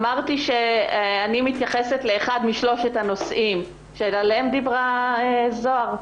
אמרתי שאני מתייחסת לאחד משלושת הנושאים שעליהם דיברה זהר,